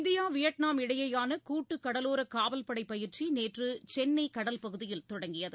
India Vietnam இடையேயானகூட்டுகடலோரகாவல்படையயிற்சிநேற்றுசென்னை கடல் பகுதியில் தொடங்கியது